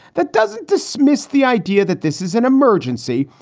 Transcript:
that doesn't dismiss the idea that this is an emergency,